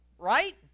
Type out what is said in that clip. Right